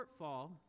shortfall